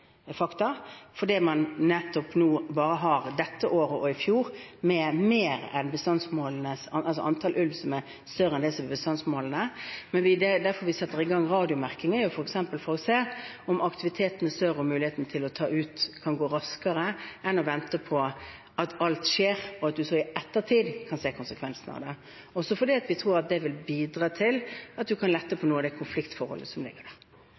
fakta, fordi man nettopp nå bare har dette året og fjoråret med et antall ulv som er større enn det som er bestandsmålene. Det at vi setter i gang radiomerking, er f.eks. for å se om aktiviteten er større og muligheten til å ta ut kan gå raskere enn hvis en venter på at alt skjer, og at en så i ettertid kan se konsekvensene av det – også fordi vi tror det vil bidra til at en kan lette på noe av det konfliktforholdet som er der.